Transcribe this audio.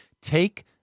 Take